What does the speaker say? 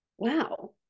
Wow